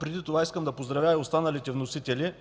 Преди това искам да поздравя и останалите вносители,